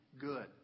good